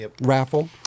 raffle